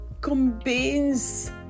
convince